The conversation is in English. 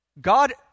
God